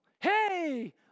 hey